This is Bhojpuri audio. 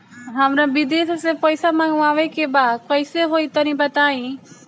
हमरा विदेश से पईसा मंगावे के बा कइसे होई तनि बताई?